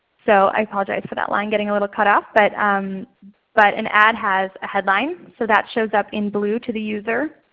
so i apologize for that line getting a little cut off. but um but an ad has a headline so that shows up blue to the user.